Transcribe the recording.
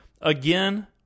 again